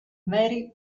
mary